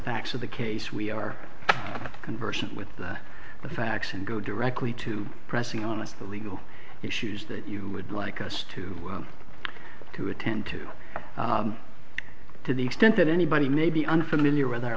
facts of the case we are conversant with that the facts and go directly to pressing on us the legal issues that you would like us to to attend to to the extent that anybody may be unfamiliar